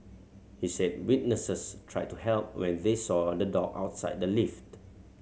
he said witnesses tried to help when they saw the dog outside the lift